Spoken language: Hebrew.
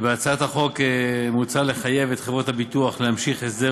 בהצעת החוק מוצע לחייב את חברות הביטוח להמשיך את הסדר